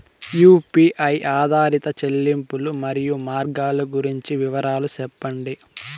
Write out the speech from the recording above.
UPI ఆధారిత చెల్లింపులు, మరియు మార్గాలు గురించి వివరాలు సెప్పండి?